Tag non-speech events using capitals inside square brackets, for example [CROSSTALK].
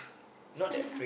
[LAUGHS]